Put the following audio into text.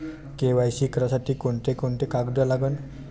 KYC करासाठी कोंते कोंते कागद लागन?